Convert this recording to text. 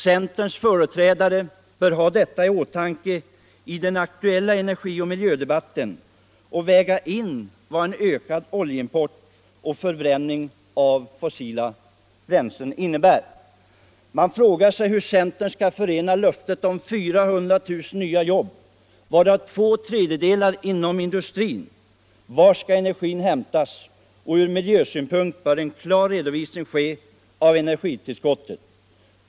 Centerns företrädare bör ha detta i åtanke i den nu aktuella energioch miljödebatten och väga in vad en ökad oljeimport och förbränning av fossila bränslen innebär. Man frågar sig hur centern skall förena löftet om 400 000 nya jobb, varav två tredjedelar inom industrin. Var skall energin hämtas? Ur miljösynpunkt bör en klar redovisning ske av energitillskottet.